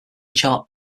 chart